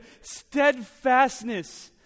steadfastness